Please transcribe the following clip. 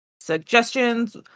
suggestions